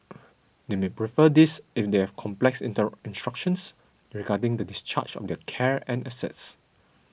they may prefer this if they have complex inter instructions regarding the discharge of their care and assets